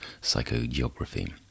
psychogeography